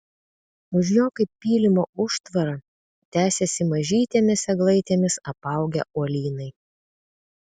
už jo kaip pylimo užtvara tęsėsi mažytėmis eglaitėmis apaugę uolynai